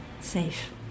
safe